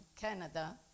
Canada